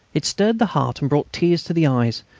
it stirred the heart and brought tears to the eyes,